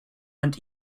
and